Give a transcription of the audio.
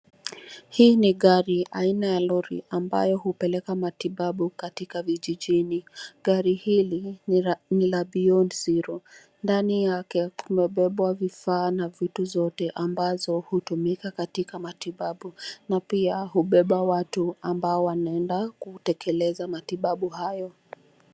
Hii ni gari aina ya lori ambayo hupeleka matibabu katika vijijini. Gari hili ni la beyond zero. Ndani yake kumebebwa vifaa na vitu zote ambazo hutumika katika matibabu, na pia hubeba watu ambao wanaenda kutekeleza matibabu hayo.